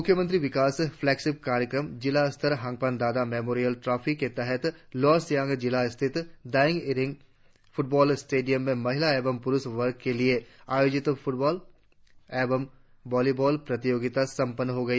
मुख्यमंत्री युवा विकास फ्लेगशिप कार्यक्रम जिला स्तर हंगपन दादा मेमोरियल ट्रॉफी के तहत लोवर सियांग जिला स्थिति दायिंग इरिंग फुटबॉल स्टेडियम में महिला एवं प्रुष वर्ग के लिए आयोजित फुटबॉल एवं वालीबॉल प्रतियोगिता संपन्न हो गई